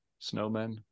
snowmen